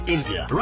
India